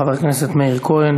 חבר הכנסת מאיר כהן,